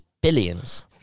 billions